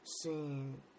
seen